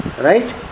right